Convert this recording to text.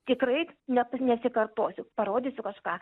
tikrai net nesikartosiu parodysiu kažką